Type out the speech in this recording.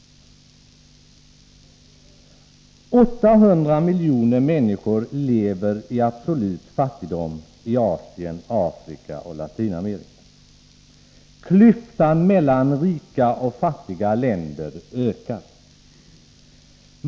800 miljoner människor lever i absolut fattigdom i Asien, Afrika och Latinamerika. Klyftan mellan rika och fattiga länder ökar.